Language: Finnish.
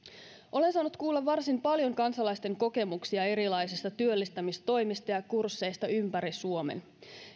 olen saanut kuulla varsin paljon kansalaisten kokemuksia erilaisista työllistämistoimista ja kursseista ympäri suomen